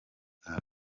bwawe